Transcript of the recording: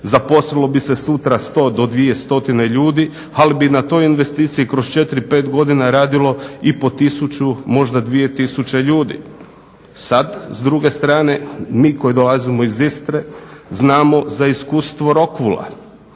zaposlilo bi se sutra 100 do 200 ljudi, ali bi na toj investiciji kroz 4, 5 godina radilo i po 1000 možda 2000 ljudi. Sad s druge strane mi koji dolazimo iz Istre znamo za iskustvo Rockwoola